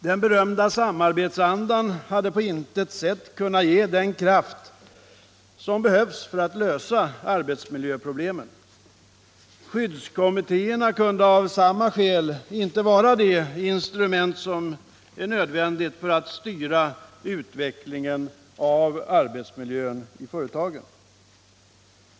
Den berömda samarbetsandan hade på intet sätt kunnat ge den kraft som behövs för att lösa arbetsmiljöproblemen. Skyddskommittéerna kunde av samma skäl inte vara det instrument som är nödvändigt för att styra utvecklingen av arbetsmiljön i företagen.